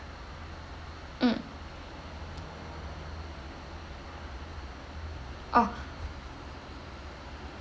mm oh